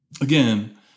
again